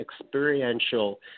experiential